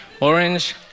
orange